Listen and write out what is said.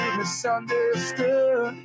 misunderstood